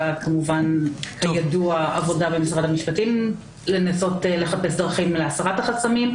נעשית עבודה במשרד המשפטים לנסות לחפש דרכים להסרת החסמים.